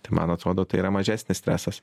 tai man atrodo tai yra mažesnis stresas